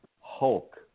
Hulk